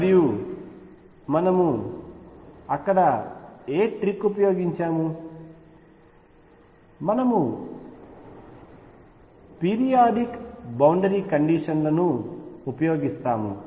మరియు మనము అక్కడ ఏ ట్రిక్ ఉపయోగించాము మనము పీరియాడిక్ బౌండరీ కండిషన్లను ఉపయోగిస్తాము